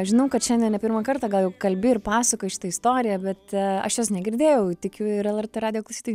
aš žinau kad šiandien ne pirmą kartą gal jau kalbi ir pasakoji šitą istoriją bet aš jos negirdėjau tikiu ir lrt radijo klausytojai